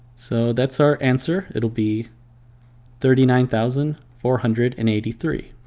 so that's our answer. it'll be thirty nine thousand four hundred and eighty three.